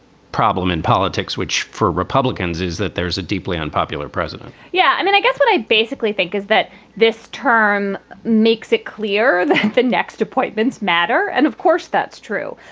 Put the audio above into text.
problem in politics, which for republicans is that there is a deeply unpopular president yeah. i mean, i guess what i basically think is that this term makes it clear that the next appointments matter. and of course, that's true.